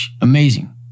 Amazing